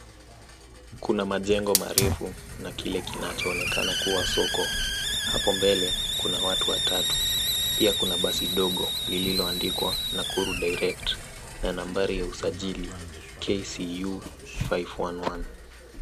Kuna majengo marefu na kile kinachoonekana kuwa soko. Na hapo mbele kuna watu watatu pia kuna basi dogo lililoandikwa Nakuru (cs)direct(cs) na nambari ya usajili KCU 551.